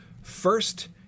First